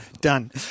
Done